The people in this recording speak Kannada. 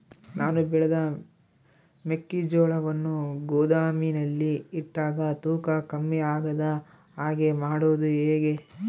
ನಾನು ಬೆಳೆದ ಮೆಕ್ಕಿಜೋಳವನ್ನು ಗೋದಾಮಿನಲ್ಲಿ ಇಟ್ಟಾಗ ತೂಕ ಕಮ್ಮಿ ಆಗದ ಹಾಗೆ ಮಾಡೋದು ಹೇಗೆ?